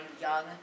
young